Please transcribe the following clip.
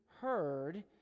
heard